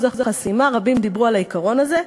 החסימה רבים דיברו על העיקרון הזה,